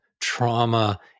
trauma